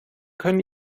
können